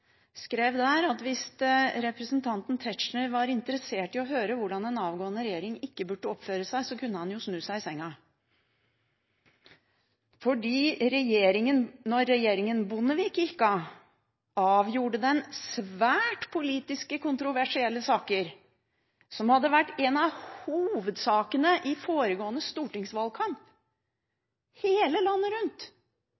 skrev at hvis representanten Tetzschner var interessert i å høre hvordan en avgående regjering ikke burde oppføre seg, kunne han snu seg i senga. Da regjeringen Bondevik gikk av, avgjorde den en svært kontroversiell politisk sak, som hadde vært en av hovedsakene i foregående stortingsvalgkamp.